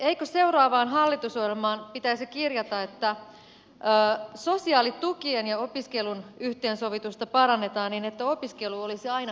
eikö seuraavaan hallitusohjelmaan pitäisi kirjata että sosiaalitukien ja opiskelun yhteensovitusta parannetaan niin että opiskelu olisi aina kannattavaa